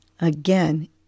Again